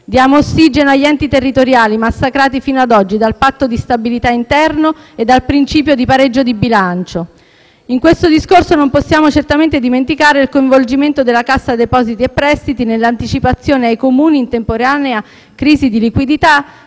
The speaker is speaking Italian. Diamo ossigeno agli enti territoriali massacrati fino ad oggi dal Patto di stabilità interno e dal principio del pareggio di bilancio. In questo discorso, non possiamo certamente dimenticare il coinvolgimento della Cassa depositi e prestiti nell'anticipazione ai Comuni in temporanea crisi di liquidità